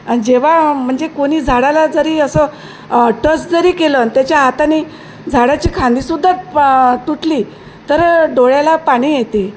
आणि जेव्हा म्हणजे कोणी झाडाला जरी असं टच जरी केलं त्याच्या हाताने झाडाची फांदीसुद्धा प तुटली तर डोळ्याला पाणी येते